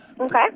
Okay